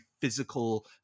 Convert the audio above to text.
physical